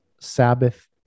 Sabbath